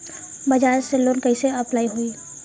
बजाज से लोन कईसे अप्लाई होई?